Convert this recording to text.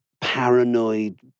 paranoid